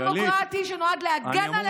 אנטי-דמוקרטי, שנועד להגן עליכם, ממשלת האליטות.